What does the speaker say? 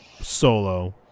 solo